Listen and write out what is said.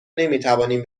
نمیتوانیم